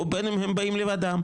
או בן אם הם באים לבדם.